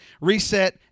reset